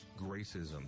Gracism